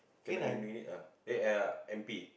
K-nine u~ unit ah eh ah N_P